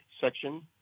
section